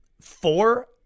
four